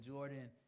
Jordan